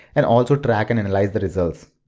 and also track and analyze the results.